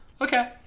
Okay